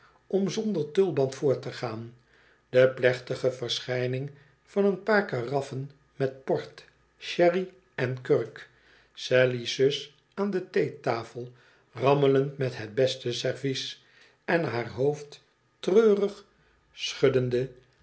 om zonder tulband voort te gaan de plechtige verschijning van een paar karaffen met port sherry en kurk sally's zus aan de theetafel rammelend met het boste servies en haar hoofd treurig schuddende